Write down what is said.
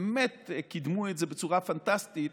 שבאמת קידמו את זה בצורה פנטסטית.